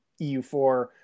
EU4